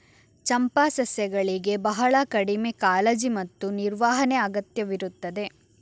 ಚಂಪಾ ಸಸ್ಯಗಳಿಗೆ ಬಹಳ ಕಡಿಮೆ ಕಾಳಜಿ ಮತ್ತು ನಿರ್ವಹಣೆ ಅಗತ್ಯವಿರುತ್ತದೆ